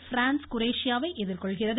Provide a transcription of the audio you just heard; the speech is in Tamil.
பிரான்ஸ் குரேஷியாவை எதிர்கொள்கிறது